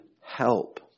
help